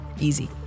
Easy